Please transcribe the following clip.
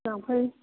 लांफै